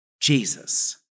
Jesus